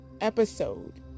episode